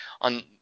on